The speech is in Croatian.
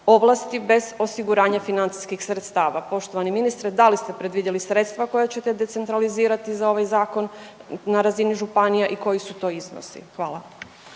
bez osiguranja financijskih sredstava. Poštovani ministre da li ste predvidjeli sredstva koja ćete decentralizirati za ovaj zakon na razini županija i koji su to iznosi? Hvala.